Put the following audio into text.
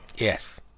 Yes